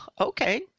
okay